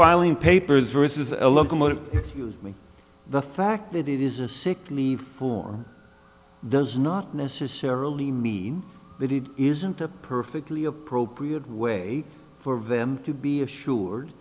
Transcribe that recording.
filing papers versus a locomotive excuse me the fact that it is a sick leave form does not necessarily mean that it isn't a perfectly appropriate way for them to be assured